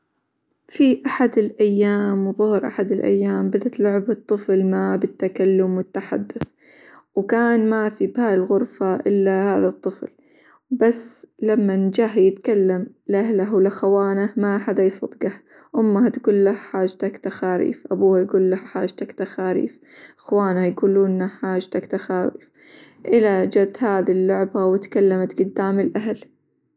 في أحد الأيام وظهر أحد الأيام بدت لعبة طفل ما بالتكلم، والتحدث، وكان ما في بهاي الغرفة إلا هذا الطفل، بس لمن جهه يتكلم لأهله، ولأخوانه ما حدا يصدقه أمه تقول له حاجتك تخاريف، أبوه يقول له حاجتك تخاريف ، إخوانه يقولون له حاجتك تخاريف، إلى جت هذي اللعبة واتكلمت قدام الأهل.